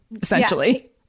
essentially